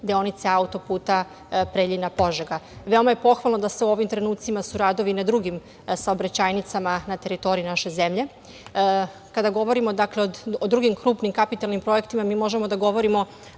deonice autoputa Preljina-Požega. Veoma je pohvalno da su u ovim trenucima radovi na drugim saobraćajnicama na teritoriji naše zemlje. Kada govorimo o drugim krupnim kapitalnim projektima, mi možemo da govorimo